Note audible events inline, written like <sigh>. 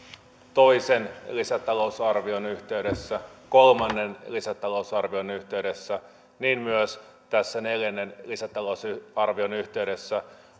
toisen lisätalousarvion yhteydessä kolmannen lisätalousarvion yhteydessä niin myös tässä neljännen lisätalousarvion yhteydessä <unintelligible>